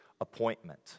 appointment